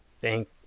thank